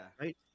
Right